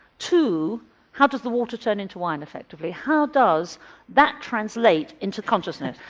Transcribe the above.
to how does the water turn into wine, effectively how does that translate into consciousness?